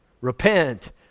repent